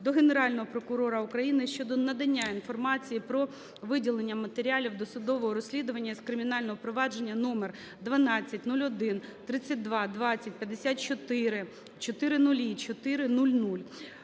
до Генерального прокурора України щодо надання інформації про виділення матеріалів досудового розслідування із кримінального провадження №12013220540000400.